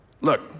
Look